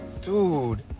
dude